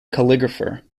calligrapher